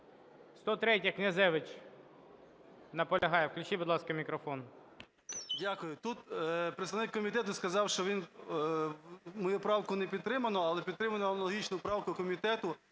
103-я, Князевич. Наполягає. Включіть, будь ласка, мікрофон. 12:42:27 КНЯЗЕВИЧ Р.П. Дякую. Тут представник комітету сказав, що мою правку не підтримано, але підтримано аналогічну правку комітету,